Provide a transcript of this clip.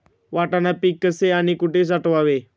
वाटाणा पीक कसे आणि कुठे साठवावे?